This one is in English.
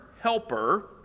helper